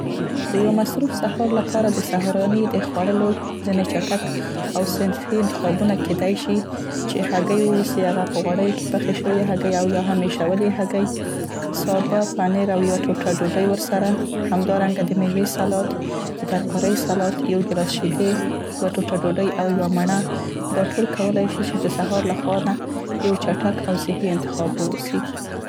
د یوه مصروف سهار لپاره د سهارني د خوړلو ځينې چټک انتخابونه کیدای شي چې هګۍ واوسي. او هغه په غوړیو کې پخې شوې هګۍ او یا هم اشولې هګۍ، سابه پنیر او یوه ټوټه ډوډۍ ورسره، همدارنګه د میوې سلاد، د ترکارۍ سلاد، یو ګیلاس شیدې، یوه ټوټه ډوډۍ او یوه مڼه دا ټول کولای شي چې د سهار لخوا نه یو چټک او صحي انتخاب واوسیګي.